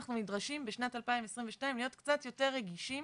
אנחנו נדרשים בשנת 2022 להיות קצת יותר רגישים